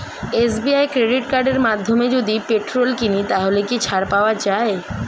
SBI credit কার্ডের মাধ্যমে যদি পেট্রোল কিনি তাহলে কি ছাড় পাওয়া যায়?